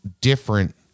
different